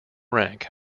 rank